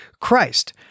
Christ